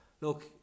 look